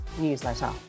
newsletter